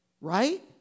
Right